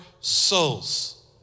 souls